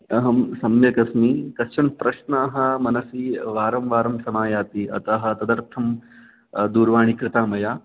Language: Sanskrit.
अहं सम्यक् अस्मि कश्चन प्रश्नः मनसि वारं वारं समायाति अतः तदर्थं दूरवाणी कृता मया